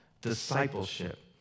discipleship